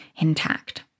intact